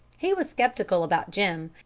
he was skeptical about jim,